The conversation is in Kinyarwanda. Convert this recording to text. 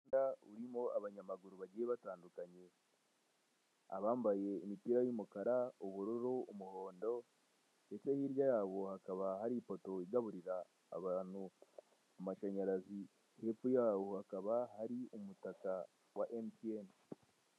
Umuhanda urimo abanyamaguru bagiye batandukanye barimo abambaye imipira y'umukara, ubururu, umuhondo ndetse hirya yabo hakaba hari ipoto igaburira abantu amashanyarazi hepfo yaho hakaba hari umutaka wa emutiyeni.